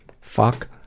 Fuck